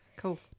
Cool